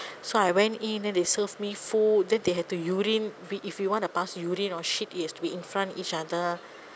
so I went in then they serve me food then they had to urine we if you want to pass urine or shit it has to be in front each other